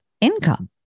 income